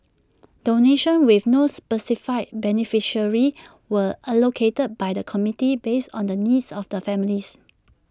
donations with no specified beneficiaries were allocated by the committee based on the needs of the families